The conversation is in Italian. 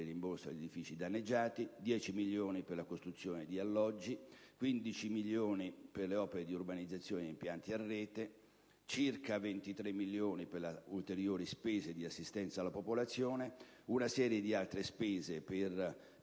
rimborso agli edifici danneggiati; 10 milioni di euro per la costruzione degli alloggi; 15 milioni di euro per le opere di urbanizzazione e gli impianti a rete; circa 23 milioni di euro per ulteriori spese di assistenza alla popolazione; una serie di altre spese per